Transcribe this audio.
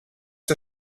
der